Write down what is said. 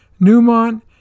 Newmont